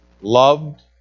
loved